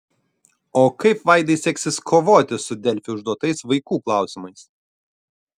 o kaip vaidai seksis kovoti su delfi užduotais vaikų klausimais